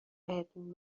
بهتون